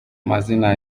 mazina